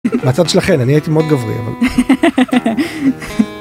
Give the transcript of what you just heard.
מצד שלכם אני הייתי מאוד גבוה.